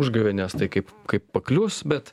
užgavėnės tai kaip kaip paklius bet